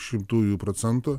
šimtųjų procento